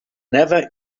never